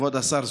כבוד השר,